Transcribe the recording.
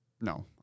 No